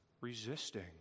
resisting